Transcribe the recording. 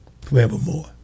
forevermore